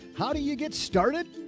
how do you get started?